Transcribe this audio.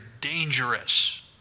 dangerous